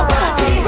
Party